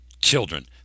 children